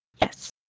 yes